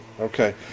okay